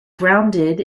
grounded